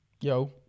Yo